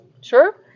Sure